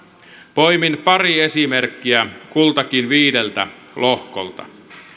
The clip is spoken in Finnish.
poimin pari esimerkkiä kultakin viideltä lohkolta